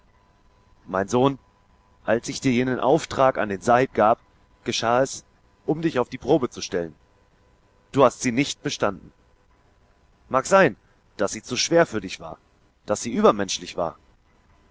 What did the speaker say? mein sohn als ich dir jenen auftrag an den sahib gab geschah es um dich auf die probe zu stellen du hast sie nicht bestanden mag sein daß sie zu schwer für dich war daß sie übermenschlich war